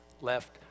left